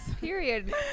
Period